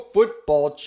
Football